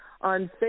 on